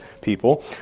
people